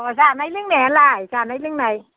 अह जानाय लोंनायालाय जानाय लोंनाय